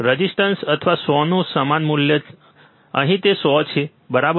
resistor અથવા 100 નું સમાન મૂલ્ય અહીં તે 100 કે બરાબર છે